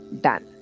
done